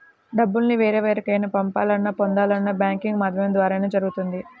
డబ్బుల్ని వేరెవరికైనా పంపాలన్నా, పొందాలన్నా బ్యాంకింగ్ మాధ్యమం ద్వారానే జరుగుతుంది